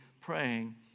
praying